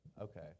Okay